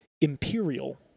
Imperial